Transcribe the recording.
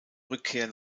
rückkehr